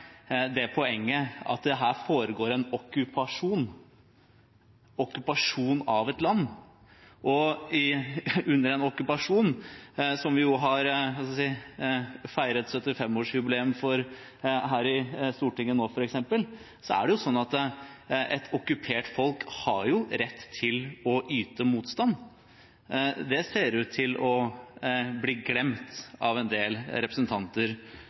poenget om at det her foregår en okkupasjon – okkupasjon av et land. Og under en okkupasjon – som f.eks. den vi i år hatt 75-årsmarkering for her i Stortinget – er det jo sånn at et okkupert folk har rett til å yte motstand. Det ser ut til å bli glemt av en del representanter